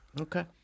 Okay